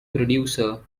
producer